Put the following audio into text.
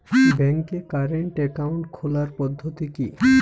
ব্যাংকে current account খোলার পদ্ধতি কি?